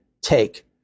take